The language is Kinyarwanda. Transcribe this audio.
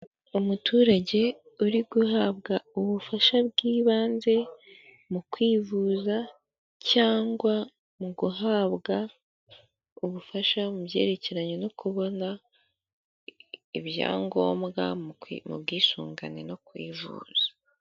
Umuturage uri guhabwa ubufasha bw'ibanze mu kwivuza cyangwa mu guhabwa ubufasha mu byerekeranye no kubona ibyangombwa, mu bwisungane no kwivuza.